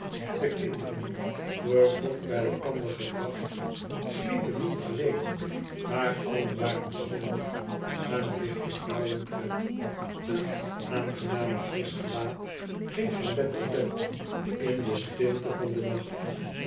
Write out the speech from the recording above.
de kinderen door god bij elkander gebracht sliepen niet allen maar allen waren stil en lichte vrouwentred een aangenaam frisch gelaat ging van bed tot bed in de stilte van den nacht